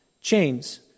Chains